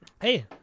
Hey